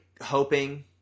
hoping –